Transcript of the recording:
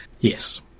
Yes